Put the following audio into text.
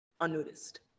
unnoticed